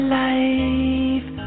life